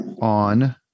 on